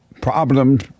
problems